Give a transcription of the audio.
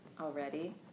already